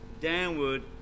downward